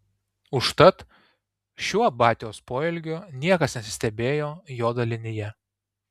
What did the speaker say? užtat šiuo batios poelgiu niekas nesistebėjo jo dalinyje